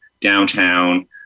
downtown